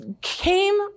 came